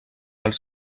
els